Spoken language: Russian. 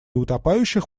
утопающих